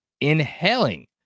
inhaling